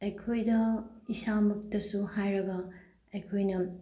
ꯑꯩꯈꯣꯏꯗ ꯏꯁꯥꯃꯛꯇꯁꯨ ꯍꯥꯏꯔꯒ ꯑꯩꯈꯣꯏꯅ